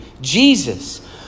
Jesus